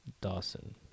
Dawson